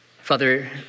Father